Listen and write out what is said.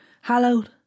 hallowed